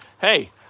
hey